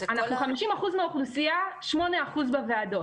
אנחנו 50% מהאוכלוסייה, 8% בוועדות.